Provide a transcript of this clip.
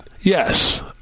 yes